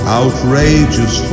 outrageous